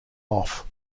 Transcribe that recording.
off